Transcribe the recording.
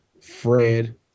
Fred